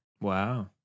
wow